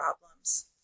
problems